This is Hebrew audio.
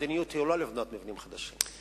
המדיניות היא לא לבנות מבנים חדשים.